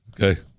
okay